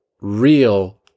real